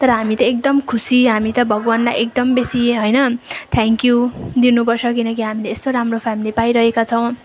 तर हामी त एकदम खुसी हामी त भगवान्लाई एकदम बेसी होइन थ्याङ्कयू दिनु पर्छ किनकि हामीले यस्तो राम्रो फेमेली पाइरहेका छौँ